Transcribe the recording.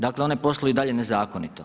Dakle, one posluju i dalje nezakonito.